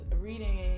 reading